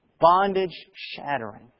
bondage-shattering